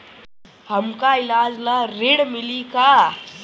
हमका ईलाज ला ऋण मिली का?